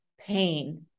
pain